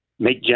make